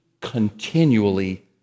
continually